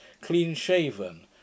clean-shaven